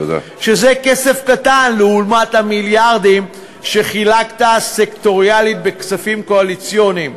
שזה כסף קטן לעומת המיליארדים שחילקת סקטוריאלית בכספים קואליציוניים.